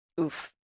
Oof